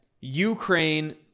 Ukraine